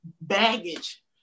baggage